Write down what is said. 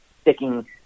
sticking